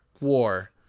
war